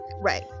right